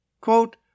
Quote